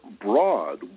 broad